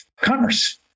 commerce